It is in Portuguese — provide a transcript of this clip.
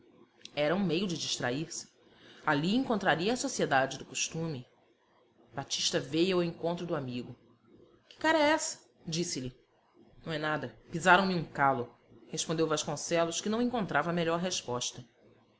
era um meio de distrair-se ali encontraria a sociedade do costume batista veio ao encontro do amigo que cara é essa disse-lhe não é nada pisaram me um calo respondeu vasconcelos que não encontrava melhor resposta